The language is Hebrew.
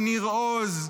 מניר עוז,